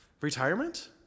Retirement